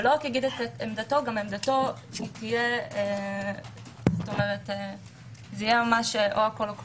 ועמדתו תהיה ממש הכול או כלום.